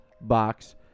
box